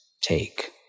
take